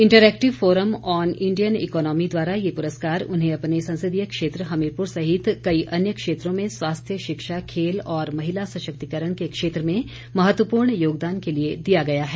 interactive forum on Indian economy द्वारा ये पुरस्कार उन्हें अपने संसदीय क्षेत्र हमीरपुर सहित कई अन्य क्षेत्रों में स्वास्थ्य शिक्षा खेल और महिला सशक्तिकरण के क्षेत्र में महत्वपूर्ण योगदान के लिए दिया गया है